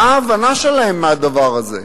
מה ההבנה שלהם מהדבר הזה,